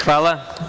Hvala.